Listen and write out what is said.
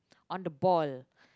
on the ball